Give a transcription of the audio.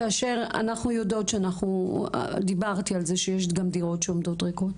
כאשר אנחנו יודעות ודיברתי על זה שיש גם דירות שעומדות ריקות.